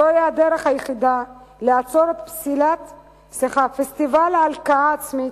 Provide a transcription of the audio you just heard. זוהי הדרך היחידה לעצור את פסטיבל ההלקאה העצמית,